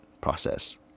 process